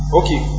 okay